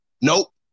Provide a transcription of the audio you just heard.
Nope